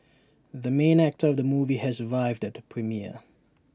the main actor of the movie has arrived at the premiere